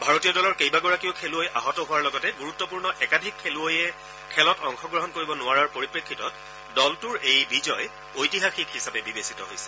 ভাৰতীয় দলৰ কেইবাগৰাকীও খেলুৱৈ আহত হোৱাৰ লগতে গুৰুত্বপূৰ্ণ একাধিক খেলুৱৈয়ে খেলত অংশগ্ৰহণ কৰিব নোৱাৰাৰ পৰিপ্ৰেক্ষিতত দলটোৰ এই বিজয় ঐতিহাসিক হিচাপে বিবেচিত হৈছে